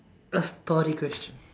a story question